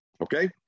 Okay